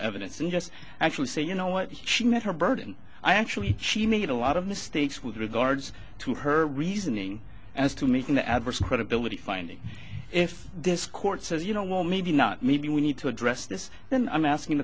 evidence and just actually say you know what she met her burden i actually she made a lot of mistakes with regards to her reasoning as to making the adverse credibility finding if this court says you know well maybe not maybe we need to address this then i'm asking the